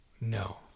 No